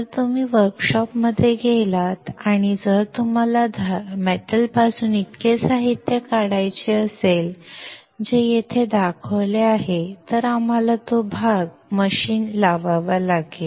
जर तुम्ही वर्कशॉपमध्ये गेलात आणि जर तुम्हाला धातूपासून इतके साहित्य काढायचे असेल जे येथे दाखवले आहे तर आम्हाला तो भाग मशीन लावावा लागेल